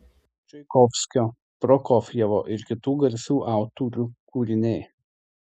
čaikovskio prokofjevo ir kitų garsių autorių kūriniai